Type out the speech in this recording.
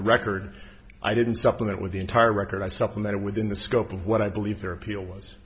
the record i didn't supplement with the entire record i supplemented within the scope of what i believe their appeal was